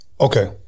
Okay